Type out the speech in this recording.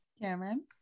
Cameron